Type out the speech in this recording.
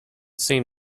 seen